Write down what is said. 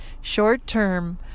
short-term